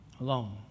alone